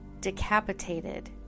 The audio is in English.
decapitated